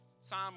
Psalm